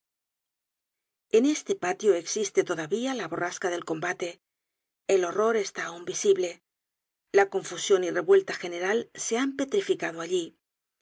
en este patio existe todavía la borrasca del combate el horror está aun visible la confusion y revuelta general se han petrificado allí